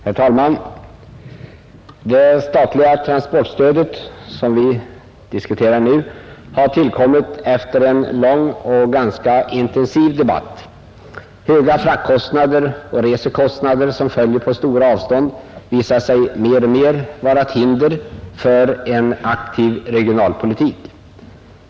Herr talman! Det statliga transportstödet, som vi diskuterar nu, har tillkommit efter en lång och ganska intensiv debatt. Höga fraktkostnader och resekostnader som följer på stora avstånd visar sig mer och mer vara ett hinder för en aktiv regionalpolitik.